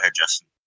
Justin